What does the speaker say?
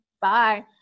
Bye